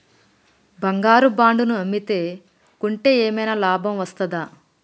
బంగారు బాండు ను అమ్మితే కొంటే ఏమైనా లాభం వస్తదా?